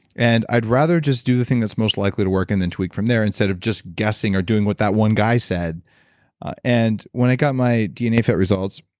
and i'd rather just do the thing that's most likely to work and then tweak from there, instead of just guessing or doing what that one guy said and when i got my dnafit results,